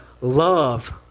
love